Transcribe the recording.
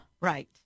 right